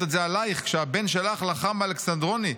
את זה עלייך כשהבן שלך לחם באלכסנדרוני.